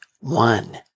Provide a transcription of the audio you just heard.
one